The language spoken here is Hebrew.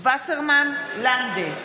אני רות וסרמן לנדה,